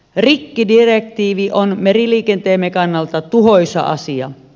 rikkidirektiivi on meriliikenteemme kannalta tuhoisa asia